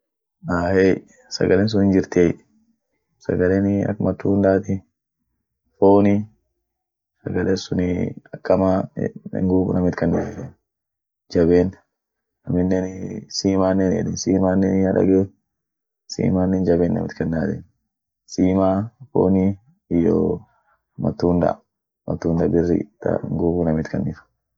Ahey sagalen sun hinjirtiey, sagalenii ak matundaati, fooni, sagalen sunii akama nguvu namin kanniti yeden, jaben aminenii simanen heden, simannenii hadagee simanen jaben namit kanna eden, simaa, fooni iyoo matunda, matunda birri ta nguvu namit kannit.